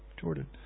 Jordan